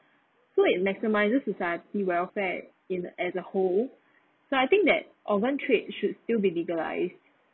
so if maximizes society welfare in as a whole so I think that organ trade should still be legalised